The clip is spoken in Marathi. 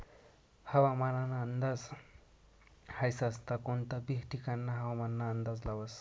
हवामानना अंदाज हाई संस्था कोनता बी ठिकानना हवामानना अंदाज लावस